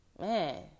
Man